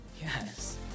Yes